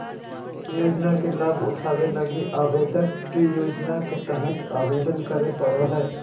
योजना के लाभ उठावे लगी आवेदक के योजना के तहत आवेदन करे पड़ो हइ